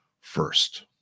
first